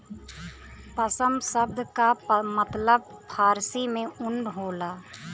पसम सब्द का मतलब फारसी में ऊन होला